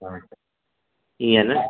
ईअं न